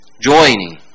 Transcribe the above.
joining